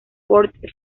fort